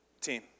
team